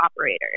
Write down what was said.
operators